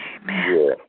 Amen